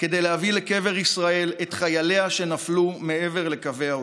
כדי להביא לקבר ישראל את חייליה שנפלו מעבר לקווי האויב.